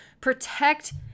protect